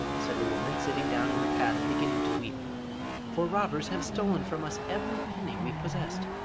said the woman, sitting down in the path beginning to weep for robbers have stolen from us every penny we possessed.